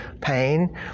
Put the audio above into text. pain